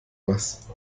was